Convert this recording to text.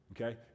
Okay